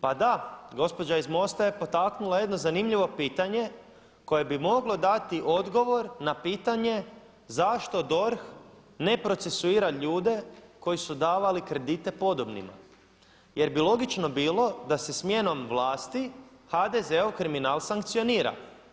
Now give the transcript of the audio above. Pa da gospođa iz MOST-a je potaknula jedno zanimljivo pitanje koje bi moglo dati odgovor na pitanje zašto DORH ne procesuira ljude koji su davali kredite podobnima jer bi logično bilo da se smjenom vlasti HDZ-ov kriminal sankcionira.